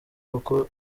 koko